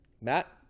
Matt